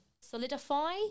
solidify